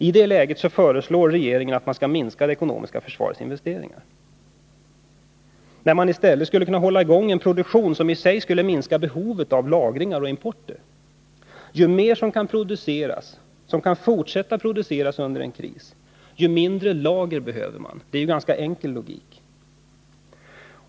I det läget föreslår regeringen att det ekonomiska försvarets investeringar skall minskas. I stället skulle man kunna hålla i gång en produktion som minskade behovet av lagring och import. Ju mer som kan produceras och fortsätta att produceras under en kris, desto mindre behöver lagras. Det är en enkel logik.